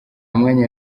mwanya